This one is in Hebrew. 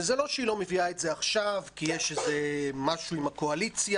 וזה שהיא לא מביאה את זה עכשיו כי יש משהו עם הקואליציה,